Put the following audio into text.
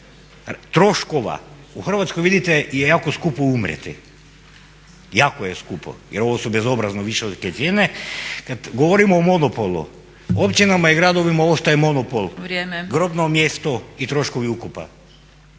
troškova u Hrvatskoj vidite je jako skupo umrijeti, jako je skupo jer ovo su bezobrazno visoke cijene. Kada govorimo o monopolu općinama i gradovima ostaje monopol, … …/Upadica